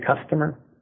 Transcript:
customer